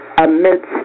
amidst